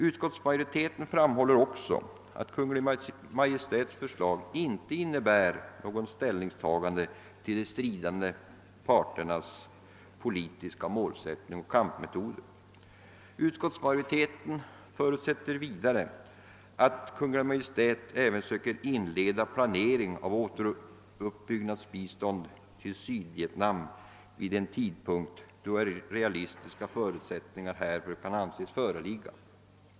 Utskottsmajoriteten understryker också att Kungl. Maj:ts förslag inte innebär något ställningstagande till de stridande parternas politiska målsättning och kampmetoder. Utskottsmajoriteten förutsätter vidare att Kungl. Maj:t även söker inleda planering av återuppbyggnadsbistånd till Sydvietnam vid en tidpunkt då realistiska förutsättningar härför kan anses föreligga.